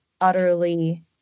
utterly